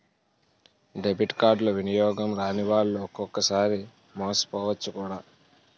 debit కార్డులు వినియోగం రానివాళ్లు ఒక్కొక్కసారి మోసపోవచ్చు కూడా